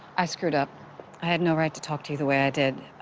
i screwed up. i had no right to talk to you the way i did.